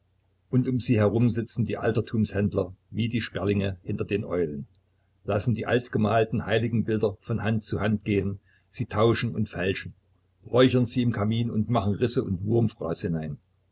und um sie herum sitzen die altertumshändler wie die sperlinge hinter den eulen lassen die altgemalten heiligenbilder von hand zu hand gehen sie tauschen und fälschen räuchern sie im kamin und machen risse und wurmfraß hinein